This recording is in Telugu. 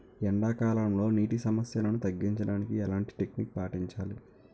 ఎండా కాలంలో, నీటి సమస్యలను తగ్గించడానికి ఎలాంటి టెక్నిక్ పాటించాలి?